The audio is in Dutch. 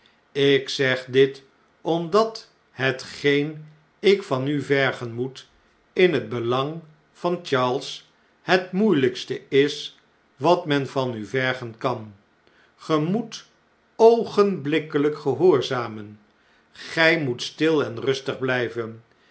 ik zeg dit omdat hetgeen ik van u vergen moet in het belang van charles het moeielijkste is wat men van u vergen kan ge moet oogenblikkeljjk gehoorzamen g j moet stil en rustig blijven